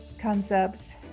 concepts